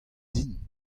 din